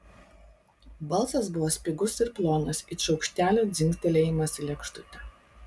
balsas buvo spigus ir plonas it šaukštelio dzingtelėjimas į lėkštutę